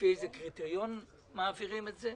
לפי איזה קריטריון מעבירים את זה,